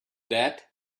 that